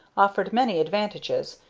offered many advantages,